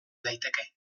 daiteke